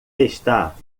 está